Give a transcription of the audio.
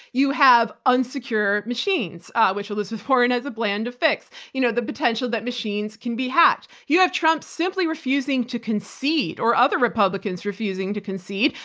you have unsecure machines which elizabeth warren has a plan to fix, you know the potential that machines can be hacked. you have trump simply refusing to concede or other republicans refusing to concede,